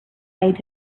made